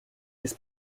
his